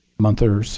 month or so,